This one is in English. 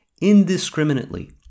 indiscriminately